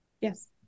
Yes